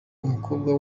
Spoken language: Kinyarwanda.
umukobwa